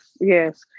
yes